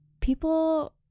people